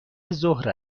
ظهر